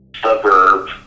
suburb